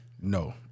No